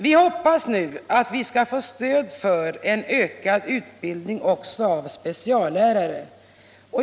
Vi hoppas nu att vi skall få stöd också för kravet på en ökad utbildning av speciallärare.